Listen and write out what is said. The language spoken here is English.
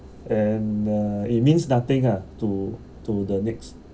and uh it means nothing ah to to the next